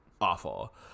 awful